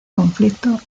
conflicto